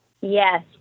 Yes